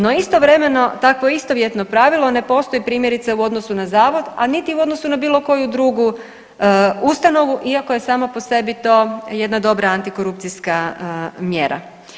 No istovremeno takvo istovjetno pravilo ne postoji primjerice u odnosu na zavod, a niti u odnosu na bilo koju drugu ustanovu iako je samo po sebi to jedna dobra antikorupcijska mjera.